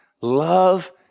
Love